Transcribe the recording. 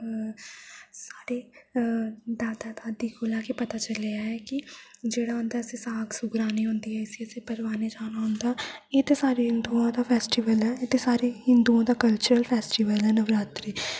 साढ़े दादा दादी कोला गै पता चलेआ ऐ कि जेह्ड़ा हुन अस साक सुक राह्नी होंदी ऐ इस्सी असें परवाने जाना होंदा एह् ते सारे हिन्दुओ दा फैस्टिवल ऐ एह् ते सारे हिन्दुओ दा कल्चरल फैस्टिवल ऐ नवरात्रे ठीक ऐ